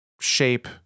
shape